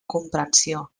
comprensió